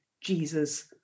Jesus